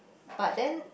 but then